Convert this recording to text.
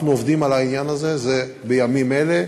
אנחנו עובדים על העניין הזה בימים אלה,